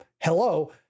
hello